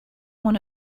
one